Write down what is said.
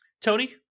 Tony